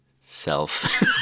self